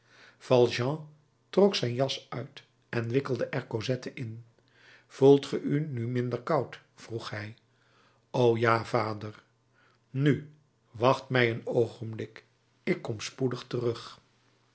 trok zijn jas uit en wikkelde er cosette in voelt ge u nu minder koud vroeg hij o ja vader nu wacht mij een oogenblik ik kom spoedig terug